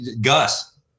Gus